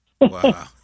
Wow